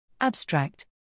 Abstract